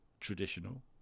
traditional